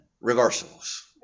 reversals